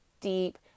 deep